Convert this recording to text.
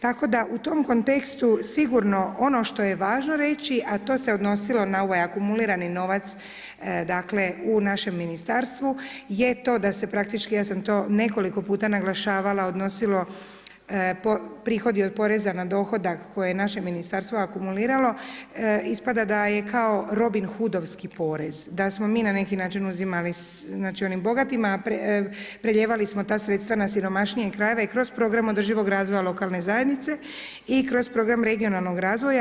Tako da u tom kontekstu sigurno ono što je važno reći, a to se odnosilo na ovaj akumulirani novac dakle u našem ministarstvu je to da se praktički, ja sam to nekoliko puta naglašavala, odnosilo prihodi od poreza na dohodak koje je naše ministarstvo akumuliralo ispada da je kao Robin Hudovski porez, da smo mi na neki način uzimali znači onim bogatima, a prelijevali smo ta sredstva na siromašnije krajeve i kroz Program održivog razvoja lokalne zajednice i kroz Program regionalnog razvoja.